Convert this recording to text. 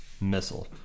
missile